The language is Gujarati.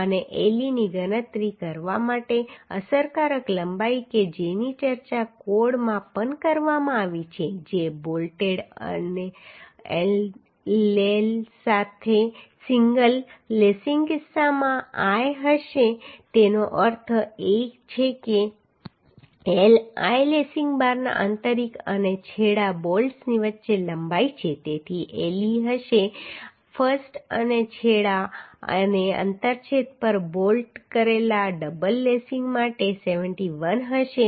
અને le ની ગણતરી કરવા માટે અસરકારક લંબાઈ કે જેની ચર્ચા કોડમાં પણ કરવામાં આવી છે જે બોલ્ટેડ એન્ડ લે સાથે સિંગલ લેસિંગના કિસ્સામાં l હશે તેનો અર્થ એ છે કે l લેસિંગ બારના આંતરિક અને છેડા બોલ્ટ્સ વચ્ચેની લંબાઈ છે તેથી le હશે l અને છેડા અને આંતરછેદ પર બોલ્ટ કરેલા ડબલ લેસિંગ માટે તે 7l હશે